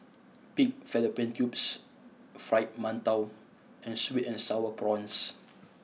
Pig Fallopian Tubes Fried Mantou and Sweet and Sour Prawns